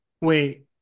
Wait